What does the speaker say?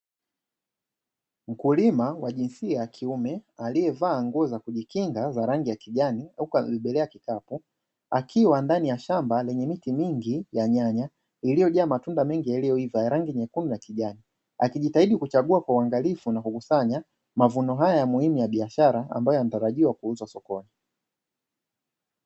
Mkulima wa jinsia ya kiume aliyevaa nguo za kujikinga za rangi ya kijani, huku akiendelea kukaa akiwa ndani ya shamba lenye miche mingi ya nyanya iliyojaa matunda mengi yaliyoiva kwa rangi nyekundu na ya kijani, akijitahidi kuchagua kwa uangalifu na kukusanya mavuno haya ya muhimu ya biashara ambayo yanatarajiwa kuuzwa sokoni.